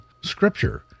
Scripture